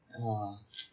ya